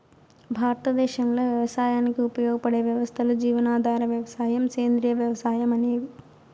భారతదేశంలో వ్యవసాయానికి ఉపయోగపడే వ్యవస్థలు జీవనాధార వ్యవసాయం, సేంద్రీయ వ్యవసాయం అనేవి